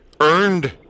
earned